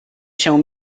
się